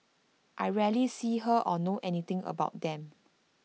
I rarely see her or know anything about them